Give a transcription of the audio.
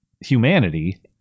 humanity